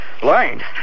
Blind